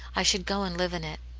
i should go and live in it.